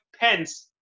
Pence